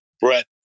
Brett